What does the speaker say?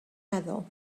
meddwl